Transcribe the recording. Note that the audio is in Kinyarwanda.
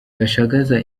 gashagaza